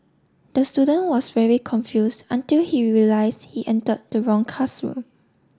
the student was very confused until he realised he entered the wrong classroom